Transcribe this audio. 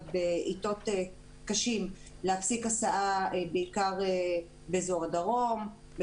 בזמנים קשים להפסיק הסעה בעיקר באזור הדרום,